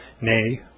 nay